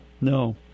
no